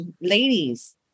ladies